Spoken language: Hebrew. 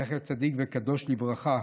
זכר צדיק וקדוש לברכה,